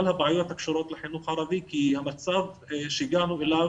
הבעיות הקשורות לחינוך הערבי כי המצב שהגענו אליו,